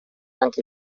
anche